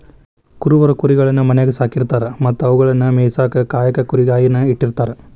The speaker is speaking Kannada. ಕುರುಬರು ಕುರಿಗಳನ್ನ ಮನ್ಯಾಗ್ ಸಾಕಿರತಾರ ಮತ್ತ ಅವುಗಳನ್ನ ಮೇಯಿಸಾಕ ಕಾಯಕ ಕುರಿಗಾಹಿ ನ ಇಟ್ಟಿರ್ತಾರ